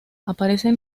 aparecen